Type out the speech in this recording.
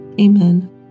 Amen